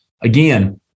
Again